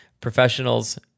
professionals